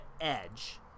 edge